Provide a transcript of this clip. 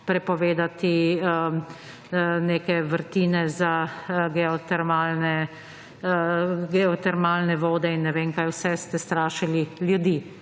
prepovedati neke vrtine za geotermalne vode in ne vem kaj vse, ste strašili ljudi.